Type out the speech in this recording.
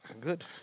Good